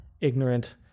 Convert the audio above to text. ignorant